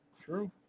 True